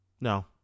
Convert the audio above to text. no